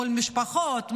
מול המשפחות,